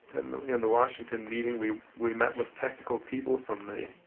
in the washington meeting, we we met with technical people from